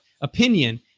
opinion